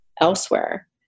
elsewhere